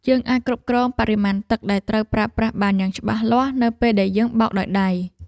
យើងអាចគ្រប់គ្រងបរិមាណទឹកដែលត្រូវប្រើប្រាស់បានយ៉ាងច្បាស់លាស់នៅពេលដែលយើងបោកដោយដៃ។